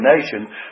nation